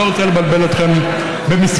אני לא רוצה לבלבל אתכם במספרים,